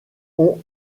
ont